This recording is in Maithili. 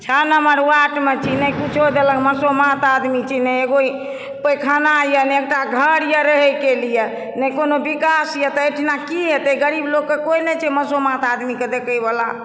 छओ नम्बर वार्डमे छी नहि किछो देलक मसोमात आदमी छी नहि एगो पैखाना यऽ नहि एकटा घर यऽ रहयके लियऽ नहि कोनो विकास यऽ तऽ एहिठिना की हेतय गरीब लोककऽ कोइ नहि छै मसोमात आदमीकऽ देखयबला